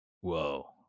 Whoa